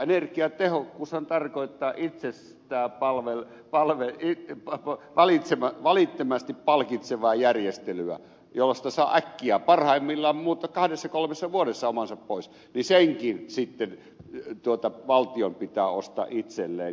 energiatehokkuushan tarkoittaa yritys ja palvelu palvelee kiitti vapaa itseään välittömästi palkitsevaa järjestelyä jollaisesta saa äkkiä parhaimmillaan kahdessa kolmessa vuodessa omansa pois mutta sekin valtion pitää ostaa itselleen